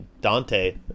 Dante